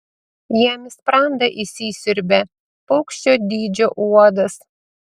jam į sprandą įsisiurbia paukščio dydžio uodas